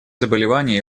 заболевания